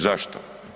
Zašto?